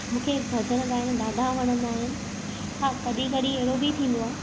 मूंखे भॼन ॻाइणु ॾाढा वणंदा आहिनि हा कॾहिं कॾहिं अहिड़ो बि थींदो आहे